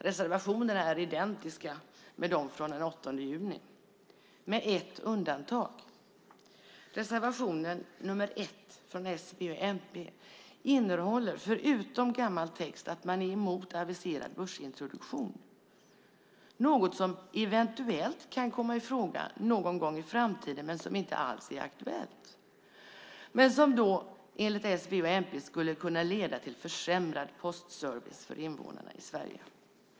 Reservationerna är identiska med de från den 8 juni med ett undantag. Reservationen nr 1 från s, v och mp innehåller förutom gammal text att man är emot aviserad börsintroduktion - något som eventuellt kan komma i fråga någon gång i framtiden men som inte alls är aktuellt. Enligt s, v och mp skulle det kunna leda till försämrad postservice för invånarna i Sverige.